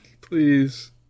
Please